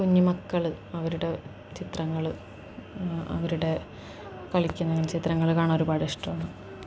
കുഞ്ഞു മക്കൾ അവരുടെ ചിത്രങ്ങൾ അവരുടെ കളിക്കുന്ന ചിത്രങ്ങൾ കാണാൻ ഒരുപാട് ഇഷ്ടമാണ്